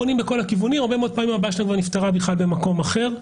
פונים לכל הכיוונים והרבה פעמים הבעיה שלהם כבר נפתרה במקום אחר.